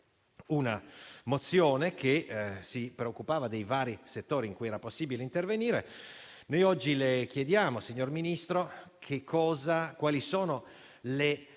una mozione che si preoccupava dei vari settori in cui era possibile intervenire. Noi oggi le chiediamo, signor Ministro, quali sono le